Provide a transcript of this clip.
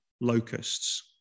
locusts